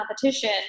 competition